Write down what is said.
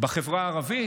בחברה הערבית?